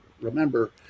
remember